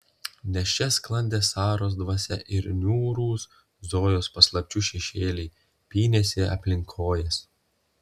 nes čia sklandė saros dvasia ir niūrūs zojos paslapčių šešėliai pynėsi aplink kojas